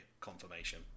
confirmation